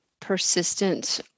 Persistent